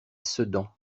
sedan